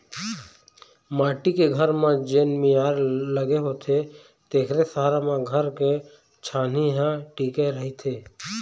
माटी के घर म जेन मियार लगे होथे तेखरे सहारा म घर के छानही ह टिके रहिथे